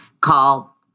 call